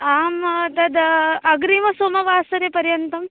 आम तद् अग्रिमसोमवासरपर्यन्तम्